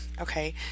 okay